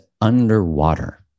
underwater